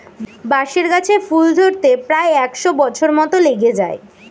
বাঁশের গাছে ফুল ধরতে প্রায় একশ বছর মত লেগে যায়